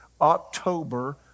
October